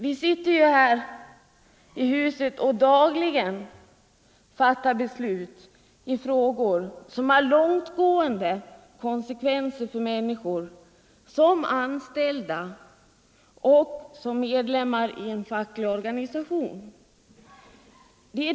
Vi sitter ju här i huset och fattar dagligen beslut i frågor som har långtgående konsekvenser för människorna, och vi gör det som anställda och som medlemmar i en facklig organisation.